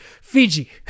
Fiji